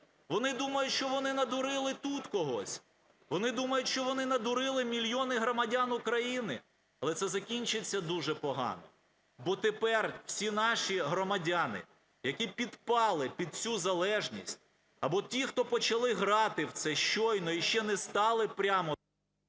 Вони думають, що вони надурили тут когось? Вони думають, що вони надурили мільйони громадян України? Але це закінчиться дуже погано. Бо тепер всі наші громадяни, які підпали під цю залежність, або ті, хто почали грати в це щойно і ще не стали…